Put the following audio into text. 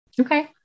okay